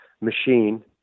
machine